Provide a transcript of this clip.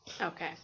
okay